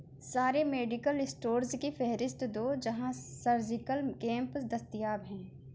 سارے medical stores کی فہرست دو جہاں سرجیکل کیپ دستیاب ہیں